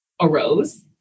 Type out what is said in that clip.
arose